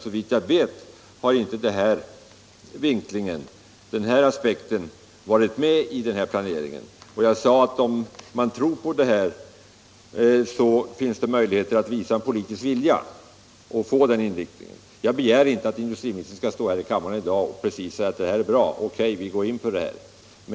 Såvitt jag vet så har inte den här aspekten varit med i planeringen. Om man tror på detta, sade jag, finns det möjlighet att visa politisk vilja och få den inriktningen av produktionen. Jag begär inte att industriministern skall stå här i kammaren i dag och säga: Det här är bra, O.K., vi går in för det.